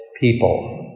people